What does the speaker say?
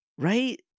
Right